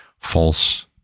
false